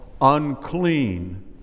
unclean